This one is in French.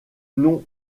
nom